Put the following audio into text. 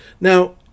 now